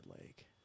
Lake